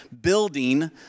building